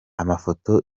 amafoto